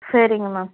சரிங்க மேம்